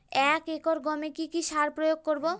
এক একর গমে কি কী সার প্রয়োগ করব?